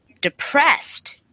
depressed